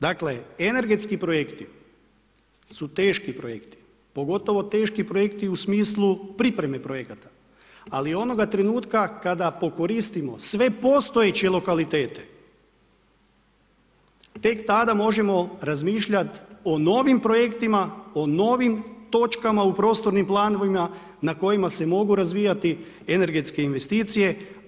Dakle energetski projekti su teški projekti pogotovo teški projekti u smislu pripreme projekata ali onoga trenutka kada pokoristimo sve postojeće lokalitete, tek tada možemo razmišljati o novim projektima, o novim točkama u prostornim planovima na kojima se mogu razvijati energetske investicije.